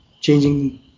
changing